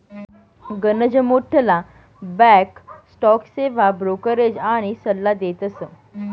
गनच मोठ्ठला bank stock सेवा ब्रोकरेज आनी सल्ला देतस